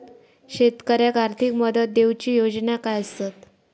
शेतकऱ्याक आर्थिक मदत देऊची योजना काय आसत?